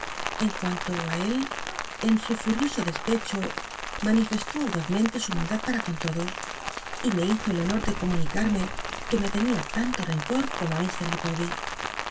en cuanto i él en su ful'ioso despecho manifestó audazmente su maldad pam con todos y me hizo el honor de comunicatme que me tenia tanto rencor como t